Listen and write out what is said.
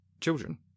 children